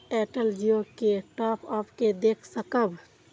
Airtel Jio के top up के देख सकब?